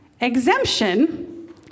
exemption